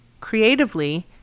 creatively